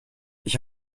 ich